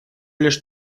лишь